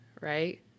Right